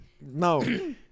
no